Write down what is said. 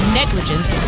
negligence